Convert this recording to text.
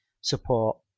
support